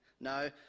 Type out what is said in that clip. No